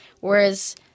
whereas